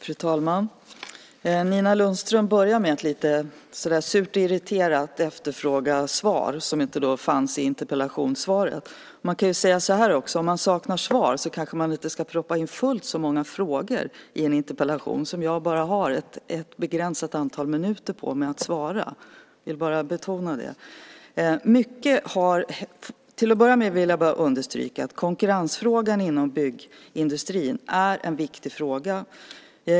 Fru talman! Nina Lundström börjar med att lite surt och irriterat efterfråga svar som hon menar inte fanns i interpellationssvaret. Man kan väl säga så här: Om man vill få svar kanske man inte ska proppa in fullt så många frågor i en interpellation eftersom jag bara har ett begränsat antal minuter på mig att svara. Jag vill betona det. Mycket har hänt. Låt mig understryka att konkurrensfrågan inom byggsektorn är en viktig fråga.